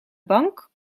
bank